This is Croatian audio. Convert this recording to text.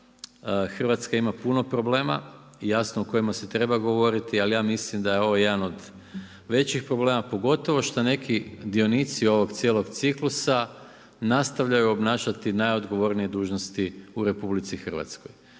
Hrvatska ima puno problema, jasno o kojima se treba govoriti, ali ja mislim da ovo jedan od većih problema pogotovo što neki dionici ovog cijelog ciklusa nastavljaju obnašati najodgovornije dužnosti u RH.